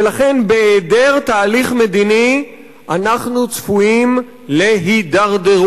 ולכן, בהיעדר תהליך מדיני אנחנו צפויים להידרדרות,